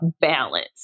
balance